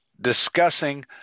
discussing